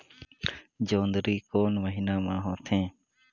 जोंदरी कोन महीना म होथे?